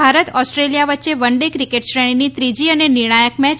Bharat Australia વચ્ચે one day cricket શ્રેણીની ત્રીજી અને નિર્ણાયક મેય